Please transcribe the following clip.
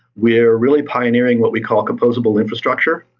we're really pioneering what we call a composable infrastructure.